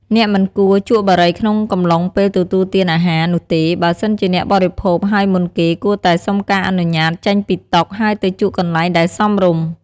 អ្នកមិនគួរ ជក់បារីក្នុងកំឡុងពេលទទួលទានអាហារ នោះទេ បើសិនជាអ្នកបរិភោគហើយមុនគេ គួរតែសំុការអនុញ្ញតចេញពីតុ ហើយទៅជក់កន្លែងដែលសមរម្យ។